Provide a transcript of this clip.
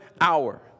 hour